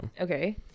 Okay